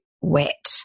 wet